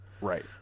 Right